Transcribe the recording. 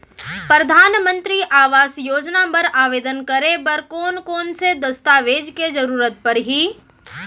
परधानमंतरी आवास योजना बर आवेदन करे बर कोन कोन से दस्तावेज के जरूरत परही?